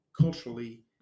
culturally